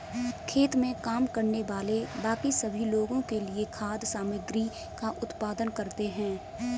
खेत में काम करने वाले बाकी सभी लोगों के लिए खाद्य सामग्री का उत्पादन करते हैं